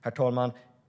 Herr talman!